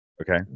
Okay